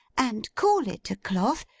and call it a cloth,